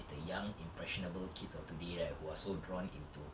the young impressionable kids of today right who are so drawn into